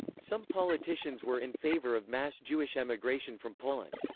some politicians were in favor of mass jewish emigration from poland.